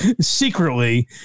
secretly